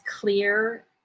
clear